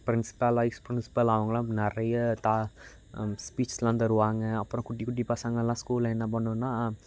principal vice principal அவங்கள்லாம் நிறைய தா ஸ்பீச்சஸ்லாம் தருவாங்க அப்புறம் குட்டிக் குட்டி பசங்கள்லாம் ஸ்கூலில் என்ன பண்ணும்ன்னா